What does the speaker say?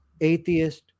atheist